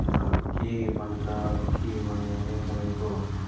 र अर्को के भन्छ अर्को के भन्ने हो भने तपाईँको